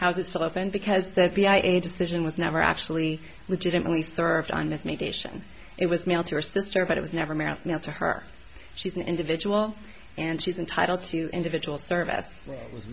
house is still open because there's been a decision was never actually legitimately served on this mediation it was mailed to her sister but it was never meant now to her she's an individual and she's entitled to individual service w